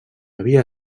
havia